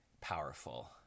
powerful